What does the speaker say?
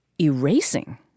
erasing